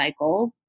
recycled